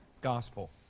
gospel